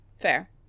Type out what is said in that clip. fair